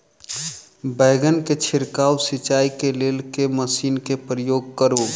बैंगन केँ छिड़काव सिचाई केँ लेल केँ मशीन केँ प्रयोग करू?